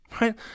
right